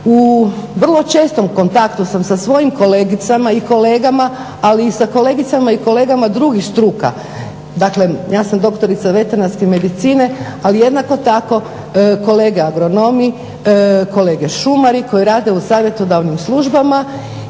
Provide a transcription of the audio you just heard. u vrlo čestom kontaktu sam sa svojim kolegicama i kolegama, ali i sa kolegicama i kolegama drugih struka, dakle ja sam doktorica veterinarske medicine, ali jednako tako kolege agronomi, kolege šumari koji rade u savjetodavnim službama